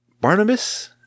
Barnabas